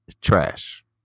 Trash